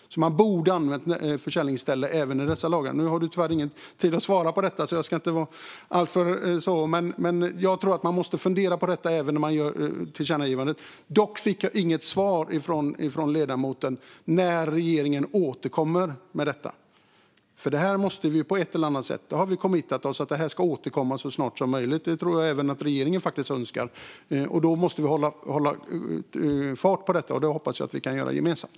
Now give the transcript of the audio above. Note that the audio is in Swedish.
Man borde ha använt det även i dessa lagar. Nu har du tyvärr ingen möjlighet att svara på detta, men jag tror att man måste fundera på detta även när man gör tillkännagivandet. Jag fick inget svar från ledamoten på frågan om när regeringen återkommer med detta. Vi har ju committat oss att så snart som möjligt och på ett eller annat sätt återkomma till det här - det tror jag faktiskt att även regeringen önskar. Då måste vi hålla farten uppe, och det hoppas jag att vi kan göra gemensamt.